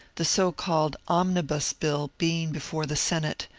the so called omnibus bill being before the senate,